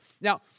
Now